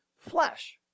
flesh